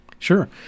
Sure